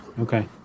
Okay